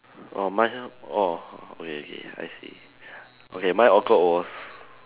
oh mine ah oh okay okay I see okay mine awkward was